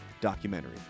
documentary